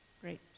Great